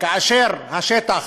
כאשר השטח